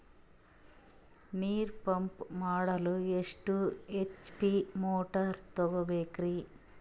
ನೀರು ಪಂಪ್ ಮಾಡಲು ಎಷ್ಟು ಎಚ್.ಪಿ ಮೋಟಾರ್ ತಗೊಬೇಕ್ರಿ?